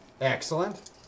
Excellent